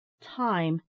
time